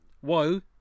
whoa